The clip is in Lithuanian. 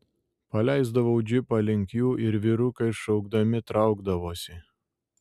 paleisdavau džipą link jų ir vyrukai šaukdami traukdavosi